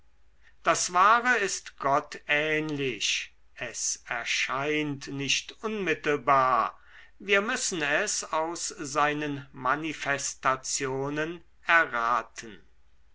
das wahre ist gottähnlich es erscheint nicht unmittelbar wir müssen es aus seinen manifestationen erraten